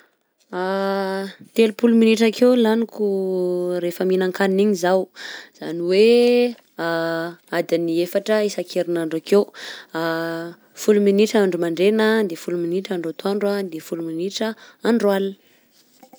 Telopolo minitra akeo laniko refa mihinan-kagnina igny zaho, izany oe adin'ny efatra isak'erinandeo akeo, folo minitra andro mandregna, de folo minitra andro atoandro, de folo minitra andro alina.